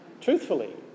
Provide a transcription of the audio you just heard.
truthfully